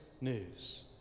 news